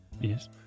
yes